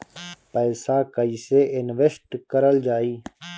पैसा कईसे इनवेस्ट करल जाई?